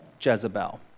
Jezebel